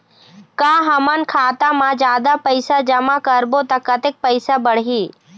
का हमन खाता मा जादा पैसा जमा करबो ता कतेक पैसा बढ़ही?